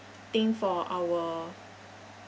thing for our